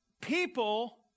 People